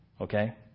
okay